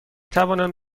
توانند